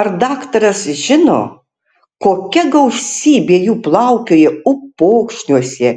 ar daktaras žino kokia gausybė jų plaukioja upokšniuose